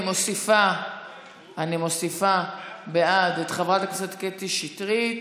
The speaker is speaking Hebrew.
אני מוסיפה בעד את חברי הכנסת קטי שטרית,